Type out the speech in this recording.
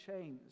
chains